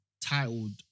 titled